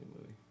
movie